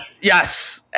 Yes